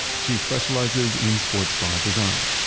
she specializes in sports bra design.